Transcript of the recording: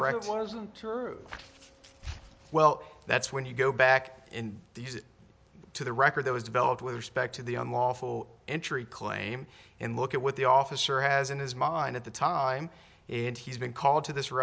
correct one isn't well that's when you go back in these to the record that was developed with respect to the unlawful entry claim and look at what the officer has in his mind at the time and he's been called to this